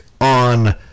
on